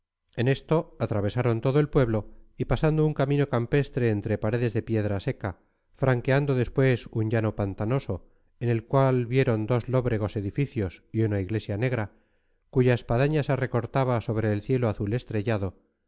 en esto atravesaron todo el pueblo y pasado un camino campestre entre paredes de piedra seca franqueando después un llano pantanoso en el cual vieron dos lóbregos edificios y una iglesia negra cuya espadaña se recortaba sobre el cielo azul estrellado